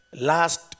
last